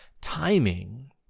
timing